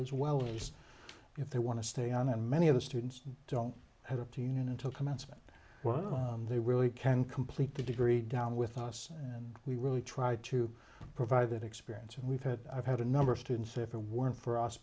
as well least if they want to stay on and many of the students don't have opinion until commencement what they really can complete the degree down with us and we really try to provide that experience and we've had i've had a number of students if it weren't